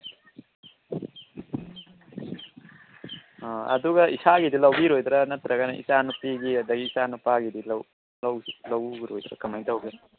ꯑꯗꯨꯒ ꯏꯁꯥꯒꯤꯗꯤ ꯂꯧꯕꯤꯔꯣꯏꯗ꯭ꯔ ꯅꯠꯇꯔꯒꯅ ꯏꯆꯥꯅꯨꯄꯤ ꯑꯗꯨꯨꯗꯒꯤ ꯏꯆꯥꯅꯨꯄꯒꯤꯗꯤ ꯂꯧ ꯂꯧ ꯂꯧꯔꯣꯏꯗ꯭ꯔ ꯀꯃꯥꯏꯅ ꯇꯧꯒꯦ